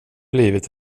livet